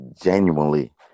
genuinely